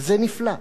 וזה נפלא.